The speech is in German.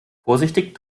vorsichtig